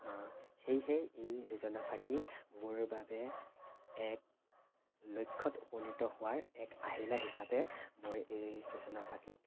সেয়েহে এই যোজনাফাঁকি মোৰ বাবে এক লক্ষত উপনীত হোৱাৰ এক আহিলা হিচাপে মই এই যোজনাফাঁকিক